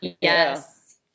Yes